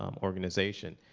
um organization,